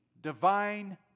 divine